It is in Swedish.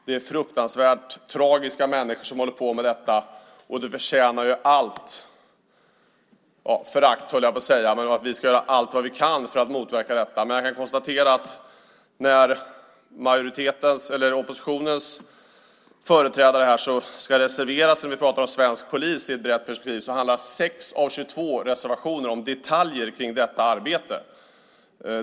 Det är fruktansvärt tragiska människor som håller på med detta, och det förtjänar allt förakt, höll jag på att säga. Vi ska göra allt vad vi kan för att motverka detta, men jag kan konstatera att när oppositionens företrädare ska reservera sig, om vi pratar om svensk polis i ett brett perspektiv, handlar 6 av 22 reservationer om detaljer kring detta arbete.